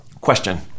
question